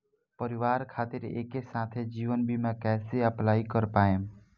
परिवार खातिर एके साथे जीवन बीमा कैसे अप्लाई कर पाएम?